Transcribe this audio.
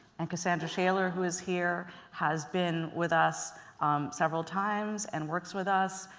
and cassandra shaylor who is here, has been with us several times and works with us.